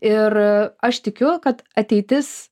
ir aš tikiu kad ateitis